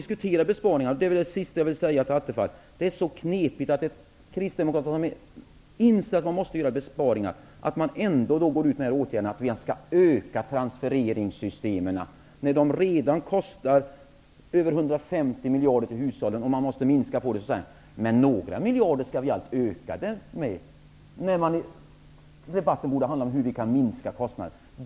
Slutligen, Stefan Attefall, det är knepigt att Kristdemokraterna, som inser att besparingar måste göras, ändå talar om ökade transfereringar som redan kostar mer än 150 miljarder när det gäller hushållen. Det behövs ju minskade kostnader. Ändå säger man: Några miljarder skall vi allt öka med. I stället borde debatten handla om hur vi kan minska kostnaderna.